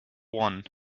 one